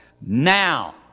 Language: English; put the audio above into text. Now